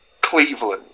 Cleveland